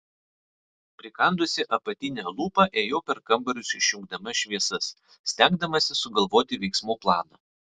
prikandusi apatinę lūpą ėjau per kambarius išjungdama šviesas stengdamasi sugalvoti veiksmų planą